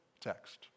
text